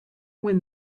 when